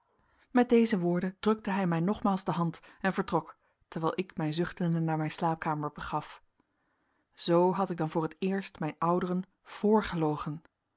met deze woorden drukte hij mij nogmaals de hand en vertrok terwijl ik mij zuchtende naar mijn slaapkamer begaf zoo had ik dan voor t eerst mijn ouderen